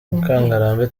mukangarambe